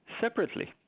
Separately